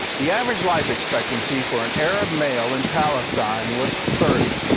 the average life expectancy for an arab male in palestine was thirty.